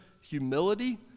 humility